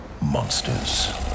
monsters